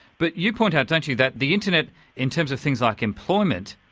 but you point out don't you, that the internet in terms of things like employment,